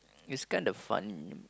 is kind of fun